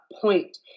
point